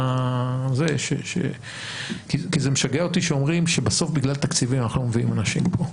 כי משגע אותי שאומרים שבסוף בגלל תקציבים אנחנו לא מביאים אנשים פה,